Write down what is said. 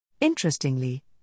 Interestingly